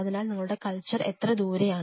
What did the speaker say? അതിനാൽ നിങ്ങളുടെ കൾച്ചർ എത്ര ദൂരെയാണ്